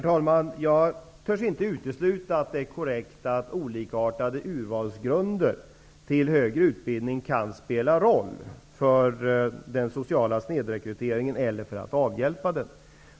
Herr talman! Jag törs inte utesluta att det är korrekt att olikartade grunder för urval till högre utbildning kan spela roll för den sociala snedrekryteringen eller för möjligheterna att avhjälpa den.